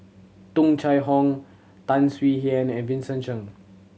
Tung Chye Hong Tan Swie Hian and Vincent Cheng